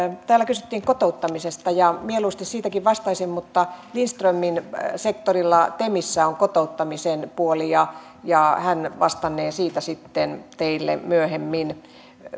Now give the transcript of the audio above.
täällä kysyttiin kotouttamisesta ja mieluusti siitäkin vastaisin mutta lindströmin sektorilla temissä on kotouttamisen puoli ja ja hän vastannee siitä sitten teille myöhemmin